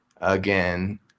again